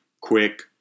quick